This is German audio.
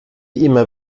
immer